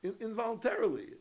involuntarily